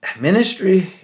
Ministry